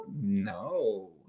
No